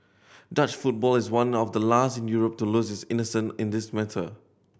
Dutch football is one of the last in Europe to lose its innocence in this matter